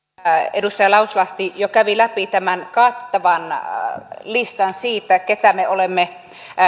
edustaja lauslahti jo kävi läpi tämän kattavan listan siitä keitä me olemme